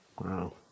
Wow